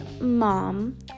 mom